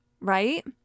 right